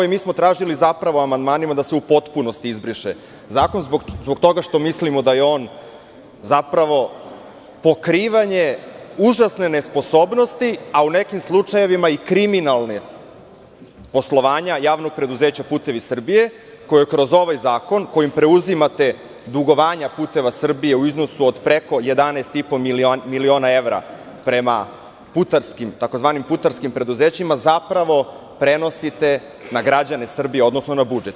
Mi smo tražili amandmanima da se u potpunosti izbriše zakon zbog toga što mislimo da je on zapravo pokrivanje užasne nesposobnosti, a u nekim slučajevima i kriminalnog poslovanja JP "Putevi Srbije", koju kroz ovaj zakon, kojim preuzimate dugovanja "Puteva Srbije" u iznosu od preko 11,5 miliona evra prema tzv. putarskim preduzećima, prenosite na građane Srbije, odnosno na budžet.